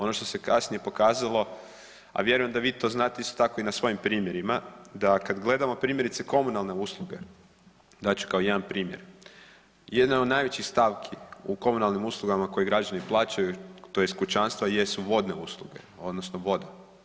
Ono što se kasnije pokazalo, a vjerujem da vi to znate isto tako i na svojim primjerima da kada gledamo primjerice komunalne usluge dat ću kao jedan primjer, jedna od najvećih stavki u komunalnim uslugama koje građani plaćaju tj. kućanstva jesu vodne usluge odnosno voda.